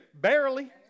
barely